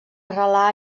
arrelar